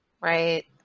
right